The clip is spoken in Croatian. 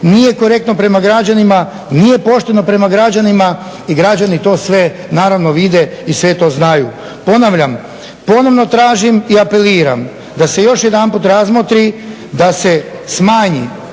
nije korektno prema građanima, nije pošteno prema gađanima i građani to sve naravno vide i sve to znaju. Ponavljam, ponovno tražim i apeliram da se još jedanput razmotri da se smanji